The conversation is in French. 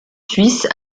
suisse